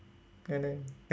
oh no